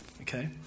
Okay